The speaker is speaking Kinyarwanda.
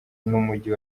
n’umujyi